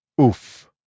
oof